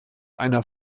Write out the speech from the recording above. einer